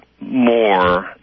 more